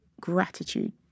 gratitude